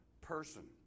person